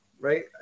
right